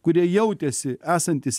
kurie jautėsi esantys